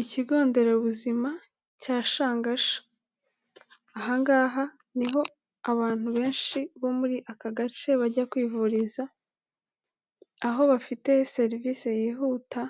Ikigo nderabuzima cya Shangasha, aha ngaha niho abantu benshi bo muri aka gace bajya kwivuriza, aho bafite serivisi yihuta